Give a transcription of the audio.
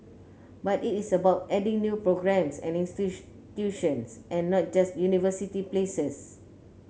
but it is about adding new programmes and institutions and not just university places